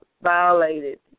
violated